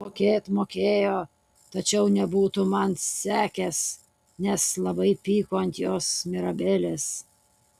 mokėt mokėjo tačiau nebūtų man sekęs nes labai pyko ant jos mirabelės